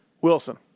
Wilson